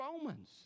romans